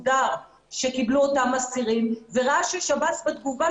שקיבלו אותם אסירים וראה ששירות בתי הסוהר בתגובה